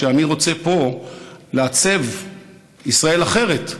אני רוצה פה לעצב ישראל אחרת,